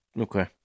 Okay